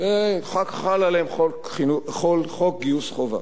חל עליהם חוק גיוס חובה.